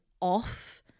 off